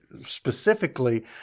specifically